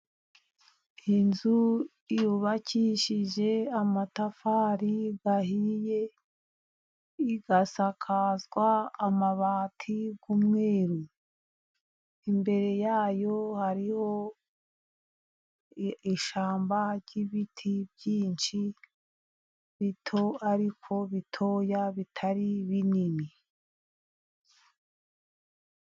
Inzu yubakishije amatafari ahiye, igasakazwa amabati y'umweru, imbere yayo hariho ishyamba ry'ibiti byinshi bito, ariko bitoya bitari binini.